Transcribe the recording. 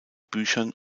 büchern